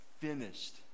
finished